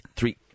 Three